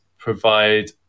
provide